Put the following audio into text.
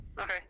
Okay